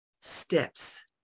steps